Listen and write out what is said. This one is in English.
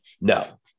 No